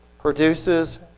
produces